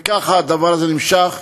וכך הדבר הזה נמשך,